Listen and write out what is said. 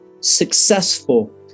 successful